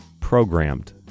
programmed